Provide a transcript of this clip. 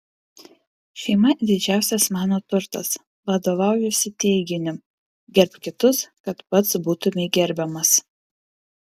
šeima didžiausias mano turtas vadovaujuosi teiginiu gerbk kitus kad pats būtumei gerbiamas